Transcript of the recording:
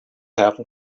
happen